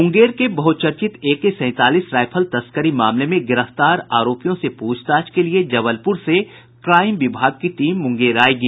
मुंगेर के बहुचर्चित एके सैंतालीस राइफल तस्करी मामले में गिरफ्तार आरोपियों से पूछताछ के लिये जबलपुर से क्राईम विभाग की टीम मुंगेर आयेगी